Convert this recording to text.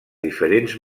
diferents